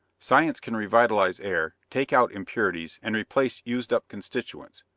science can revitalize air, take out impurities and replace used-up constituents,